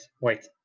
wait